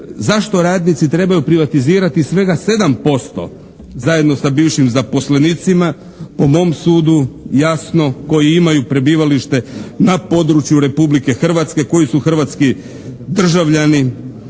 zašto radnici trebaju privatizirati svega 7% zajedno sa bivšim zaposlenicima, po mom sudu jasno koji imaju prebivalište na području Republike Hrvatske, koji su hrvatski državljani